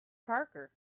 parker